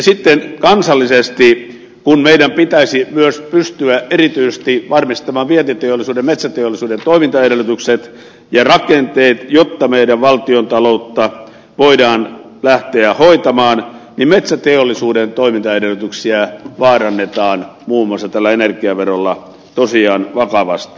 sitten kun meidän kansallisesti pitäisi myös pystyä varmistamaan erityisesti vientiteollisuuden metsäteollisuuden toimintaedellytykset ja rakenteet jotta meidän valtiontaloutta voidaan lähteä hoitamaan niin metsäteollisuuden toimintaedellytyksiä vaarannetaan muun muassa tällä energiaverolla tosiaan vakavasti